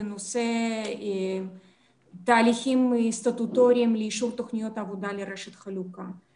בנושא תהליכים סטטוטוריים לאישור תוכניות עבודה לרשת חלוקה.